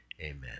amen